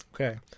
Okay